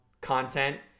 content